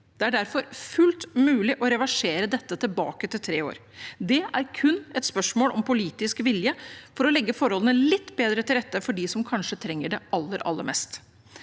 Det er derfor fullt mulig å reversere dette tilbake til tre år. Det er kun et spørsmål om politisk vilje for å legge forholdene litt bedre til rette for dem som kanskje trenger det aller,